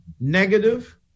negative